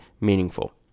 meaningful